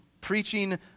preaching